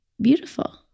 beautiful